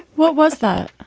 what was that.